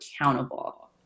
accountable